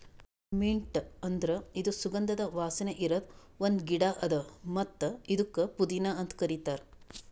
mint ಅಂದುರ್ ಇದು ಸುಗಂಧದ ವಾಸನೆ ಇರದ್ ಒಂದ್ ಗಿಡ ಅದಾ ಮತ್ತ ಇದುಕ್ ಪುದೀನಾ ಅಂತ್ ಕರಿತಾರ್